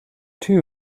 two